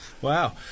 Wow